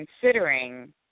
considering